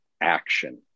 action